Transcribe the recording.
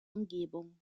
umgebung